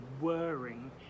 whirring